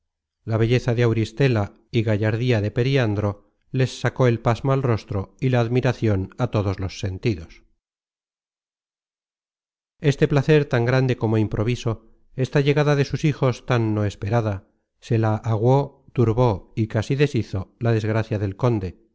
la belleza de auristela y gallardía de periandro les sacó el pasmo al rostro y la admiracion á todos los sentidos este placer tan grande como improviso esta llegada de sus hijos tan no esperada se la aguo turbó y casi deshizo la desgracia del conde